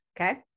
okay